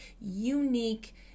unique